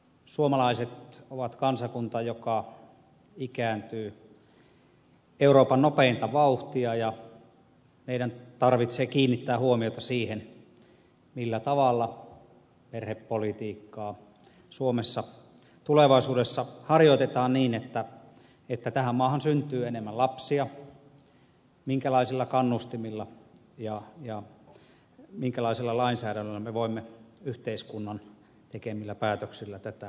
suomalaiset ovat kansakunta joka ikääntyy euroopan nopeinta vauhtia ja meidän tarvitsee kiinnittää huomiota siihen millä tavalla perhepolitiikkaa suomessa tulevaisuudessa harjoitetaan niin että tähän maahan syntyy enemmän lapsia minkälaisilla kannustimilla ja minkälaisella lainsäädännöllä me voimme yhteiskunnan tekemillä päätöksillä tätä edesauttaa